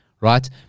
Right